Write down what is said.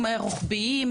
רוחביים,